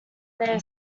their